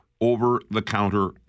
over-the-counter